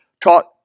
taught